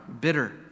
bitter